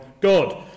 God